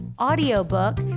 audiobook